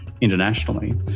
internationally